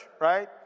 right